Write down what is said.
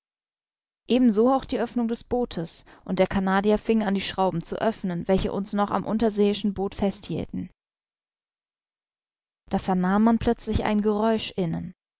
so auch die oeffnung des bootes und der canadier fing an die schrauben zu öffnen welche uns noch am unterseeischen boot fest hielten da vernahm man plötzlich ein geräusch innen